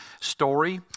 story